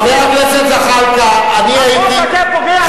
חבר הכנסת זחאלקה, אני הייתי, החוק הזה פוגע,